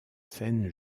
scène